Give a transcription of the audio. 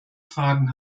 fragen